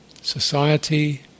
society